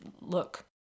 look